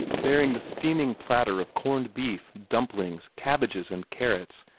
bearing the steaming platter of corned beef, dumplings, cabbages, and carrots,